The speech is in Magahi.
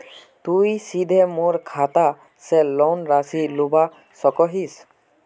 तुई सीधे मोर खाता से लोन राशि लुबा सकोहिस?